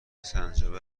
سنجابه